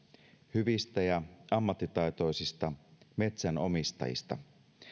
hyvistä ja ammattitaitoisista metsänomistajista